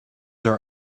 are